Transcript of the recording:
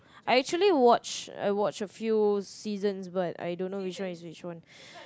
I actually watch I watch a few seasons but I don't know which one is which one